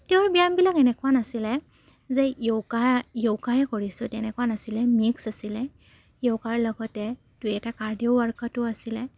তেওঁৰ ব্যায়ামবিলাক এনেকুৱা নাছিলে যে য়োগা য়োগাই কৰিছোঁ তেনেকুৱা নাছিলে মিক্স আছিলে য়োগাৰ লগতে দুই এটা কাৰ্ডিঅ' ৱৰ্কআউটো আছিলে